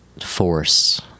force